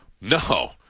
No